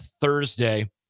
Thursday